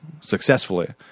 successfully